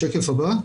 השקף הבא.